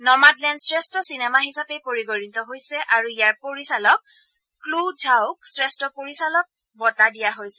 Nomadland শ্ৰেষ্ঠ চিনেমা হিচাপে পৰিগণিত হৈছে আৰু ইয়াৰ পৰিচালক ক্লো ঝাউক শ্ৰেষ্ঠ পৰিচালকৰ বঁটা দিয়া হৈছে